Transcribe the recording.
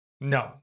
No